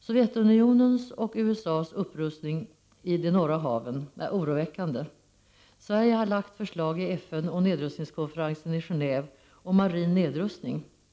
Sovjetunionens och USA:s upprustning i de norra haven är oroväckande. Sverige har lagt förslag i FN och Nedrustningskonferensen i Genåve om marin nedrustning.